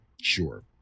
Sure